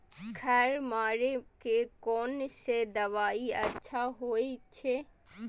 खर मारे के कोन से दवाई अच्छा होय छे?